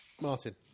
Martin